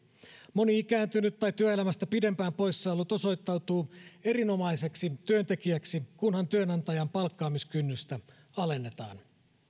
moni ikääntynyt tai työelämästä pidempään poissaollut osoittautuu erinomaiseksi työntekijäksi kunhan työnantajan palkkaamiskynnystä alennetaan